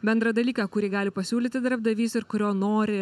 bendrą dalyką kurį gali pasiūlyti darbdavys ir kurio nori